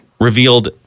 revealed